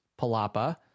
Palapa